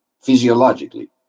physiologically